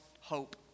hope